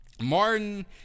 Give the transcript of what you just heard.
Martin